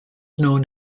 known